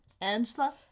Angela